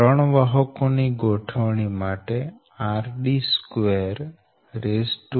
3 વાહકો ની ગોઠવણી માટે Ds r